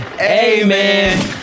Amen